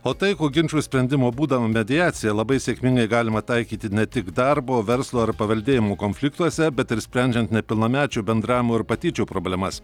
o taikų ginčų sprendimo būdą mediaciją labai sėkmingai galima taikyti ne tik darbo verslo ar paveldėjimų konfliktuose bet ir sprendžiant nepilnamečių bendravimo ir patyčių problemas